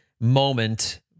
moment